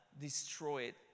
destroyed